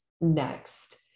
next